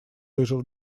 little